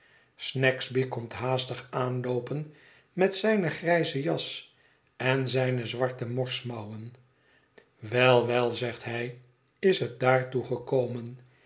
snagsby komt haastig aanloopen met zijne grijze jas en zijne zwarte morsmouwen wei wel zegt hij is het daartoe gekomen